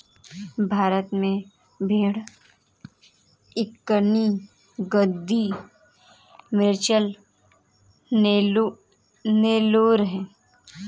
भारत में भेड़ दक्कनी, गद्दी, मांड्या, नेलोर है